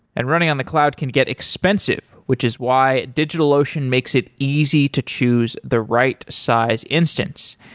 and running on the cloud can get expensive, which is why digitalocean makes it easy to choose the right size instance.